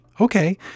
Okay